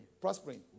prospering